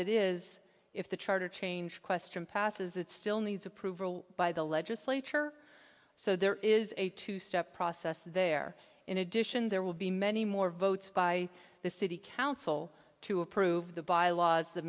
it is if the charter change question passes it still needs approval by the legislature so there is a two step process there in addition there will be many more votes by the city council to approve the bylaws the